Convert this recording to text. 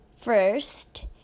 first